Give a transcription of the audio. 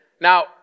Now